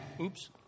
oops